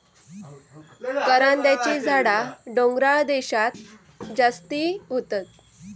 करांद्याची झाडा डोंगराळ देशांत जास्ती होतत